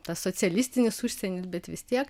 tas socialistinis užsienis bet vis tiek